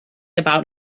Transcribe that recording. about